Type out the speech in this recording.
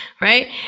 right